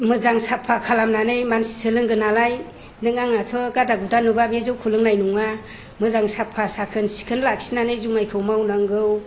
मोजां साफा खालामनानै मानसिसो लोंगोन नालाय नों आङाथ' गादा गुदा नुबा बे जौखौ लोंनाय नङा मोजां साफा साखोन सिखोन लाखिनानै जुमायखौ मावनांगौ